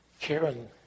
Karen